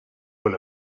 full